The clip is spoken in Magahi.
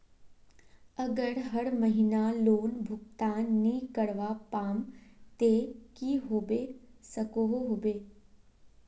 अगर हर महीना लोन भुगतान नी करवा पाम ते की होबे सकोहो होबे?